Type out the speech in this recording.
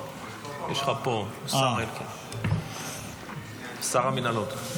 יש לך פה את השר אלקין, שר המינהלות.